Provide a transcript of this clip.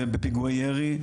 ובפיגועי ירי,